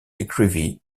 écrivit